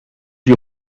you